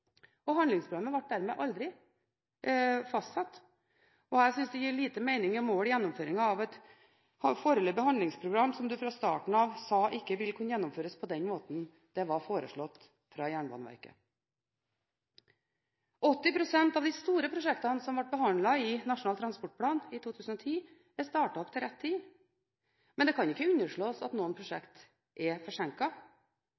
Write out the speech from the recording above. og handlingsprogrammet ble dermed aldri fastsatt. Jeg synes det gir lite mening å måle gjennomføringen av et foreløpig handlingsprogram som man fra starten av sa ikke ville kunne gjennomføres på den måten som var foreslått fra Jernbaneverket. 80 pst. av de store prosjektene som ble behandlet i Nasjonal transportplan i 2010, er startet opp til rett tid. Men det kan ikke underslås at noen